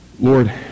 Lord